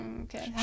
Okay